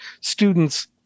students